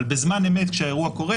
אבל בזמן אמת כשהאירוע קורה,